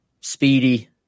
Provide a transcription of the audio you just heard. speedy